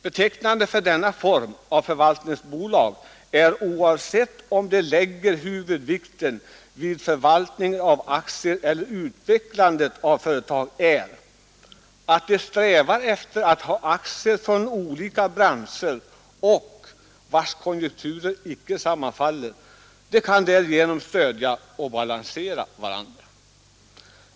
Betecknande för den form av förvaltningsbolag det här gäller, oavsett om de lägger huvudvikten vid förvaltning av aktier eller vid utvecklandet av företag, är att de strävar efter att ha aktier från olika branscher, vilkas konjunkturer icke sammanfaller. De olika aktieinnehaven kan därigenom stödja och balansera varandra.